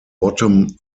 bottom